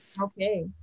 Okay